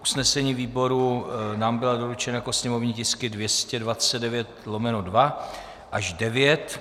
Usnesení výboru nám byla doručena jako sněmovní tisky 229/2 až 229/9.